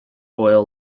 oil